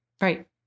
right